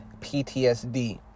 PTSD